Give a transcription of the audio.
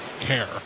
care